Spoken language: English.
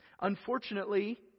Unfortunately